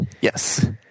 Yes